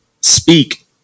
speak